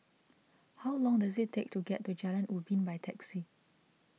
how long does it take to get to Jalan Ubin by taxi